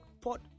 pot